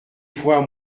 fois